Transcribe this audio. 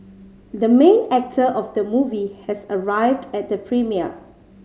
the main actor of the movie has arrived at the premiere